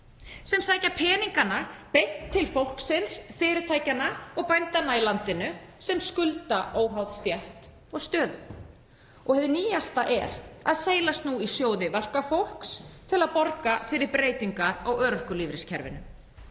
sem sækja peningana beint til fólksins, fyrirtækjanna og bændanna í landinu, sem skulda óháð stétt og stöðu. Og hið nýjasta er að seilast í sjóði verkafólks til að borga fyrir breytingar á örorkulífeyriskerfinu.